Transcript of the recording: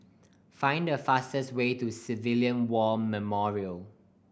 find the fastest way to Civilian War Memorial